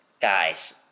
guys